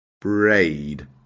Braid